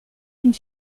une